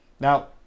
Now